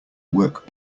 work